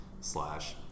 slash